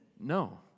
no